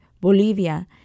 Bolivia